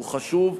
הוא חשוב,